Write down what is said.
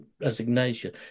resignation